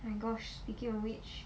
my gosh speaking of which